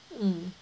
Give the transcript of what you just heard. mm